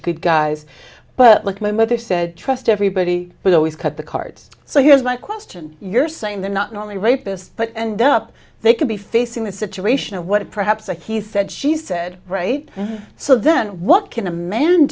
good guys but like my mother said trust everybody but always cut the cards so here's my question you're saying they're not normally rapists but end up they could be facing the situation of what is perhaps a he said she said right so then what can a man